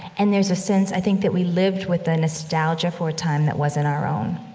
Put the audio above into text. and there's a sense, i think, that we lived with a nostalgia for a time that wasn't our own.